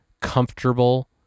comfortable